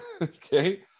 Okay